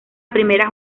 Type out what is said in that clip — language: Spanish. primera